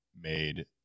made